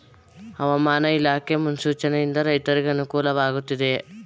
ಹವಾಮಾನ ಇಲಾಖೆ ಮುನ್ಸೂಚನೆ ಯಿಂದ ರೈತರಿಗೆ ಅನುಕೂಲ ವಾಗಿದೆಯೇ?